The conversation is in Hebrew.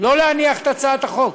שלא להניח את הצעת החוק.